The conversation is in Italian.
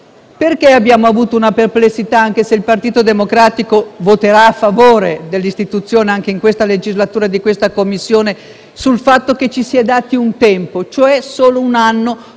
Perché abbiamo avuto una perplessità - anche se il Partito Democratico voterà a favore dell'istituzione anche in questa legislatura della Commissione - sul fatto che si è dato un limite alla durata